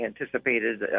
anticipated